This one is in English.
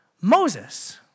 Moses